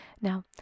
Now